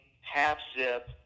half-zip